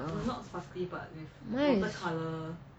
nice